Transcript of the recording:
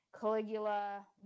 Caligula